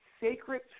sacred